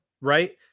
right